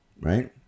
right